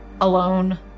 alone